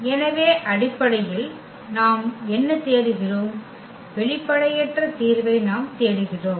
எனவே அடிப்படையில் நாம் என்ன தேடுகிறோம் வெளிப்படையற்ற தீர்வை நாம் தேடுகிறோம்